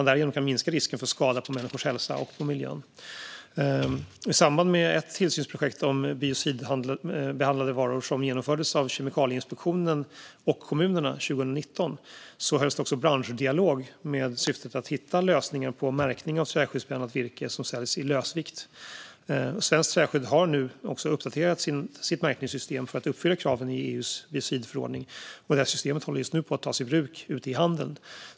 Därigenom kan man minska risken för skada på människors hälsa och på miljön. I samband med ett tillsynsprojekt om biocidbehandlade varor som genomfördes av Kemikalieinspektionen och kommunerna 2019 hölls det också en branschdialog med syftet att hitta en lösning för märkning av träskyddsbehandlat virke som säljs i lösvikt. Svenskt träskydd har nu också uppdaterat sitt märkningssystem för att uppfylla kraven i EU:s biocidförordning, och systemet håller just nu på att tas i bruk ute i handeln.